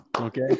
Okay